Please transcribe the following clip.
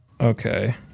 Okay